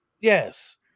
Yes